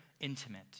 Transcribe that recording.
intimate